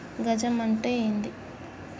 గజం అంటే ఏంది?